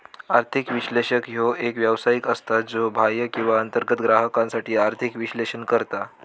आर्थिक विश्लेषक ह्यो एक व्यावसायिक असता, ज्यो बाह्य किंवा अंतर्गत ग्राहकांसाठी आर्थिक विश्लेषण करता